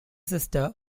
sister